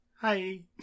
Hi